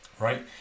Right